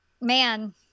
Man